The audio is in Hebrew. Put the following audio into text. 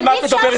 על מה את מדברת?